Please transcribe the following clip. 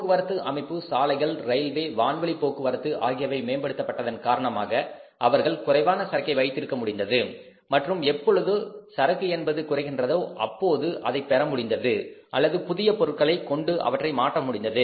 போக்குவரத்து அமைப்பு சாலைகள் ரயில்வே வான்வழி போக்குவரத்து ஆகியவை மேம்படுத்தப்பட்டதன் காரணமாக அவர்களால் குறைவான சரக்கை வைத்திருக்க முடிந்தது மற்றும் எப்பொழுது சரக்கு என்பது குறைகிறதோ அப்போது அதை பெற முடிந்தது அல்லது புதிய பொருட்களை கொண்டு அவற்றை மாற்ற முடிந்தது